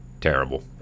Terrible